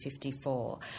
54